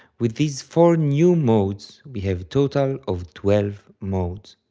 with these four new modes, we have total of twelve modes.